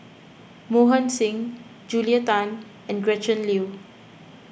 Mohan Singh Julia Tan and Gretchen Liu